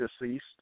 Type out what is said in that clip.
deceased